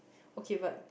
okay but